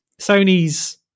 Sony's